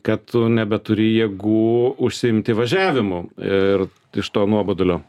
kad tu nebeturi jėgų užsiimti važiavimu ir iš to nuobodulio